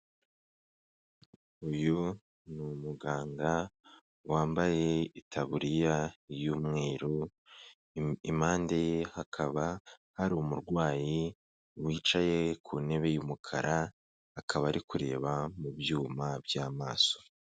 Uyu ni umuganga wambaye itaburiya y'umweru, impande ye hakaba hari umurwayi wicaye ku ntebe y'umukara akaba ari kureba mu byuma by'amaso.